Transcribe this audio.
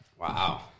Wow